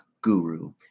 Guru